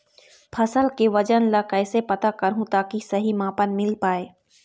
फसल के वजन ला कैसे पता करहूं ताकि सही मापन मील पाए?